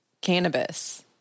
cannabis